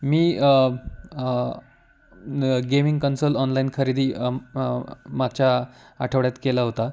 मी gaming console online खरेदी मागच्या आठवड्यात केला होता